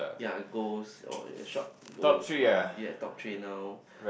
yea goals or short goals you've top three now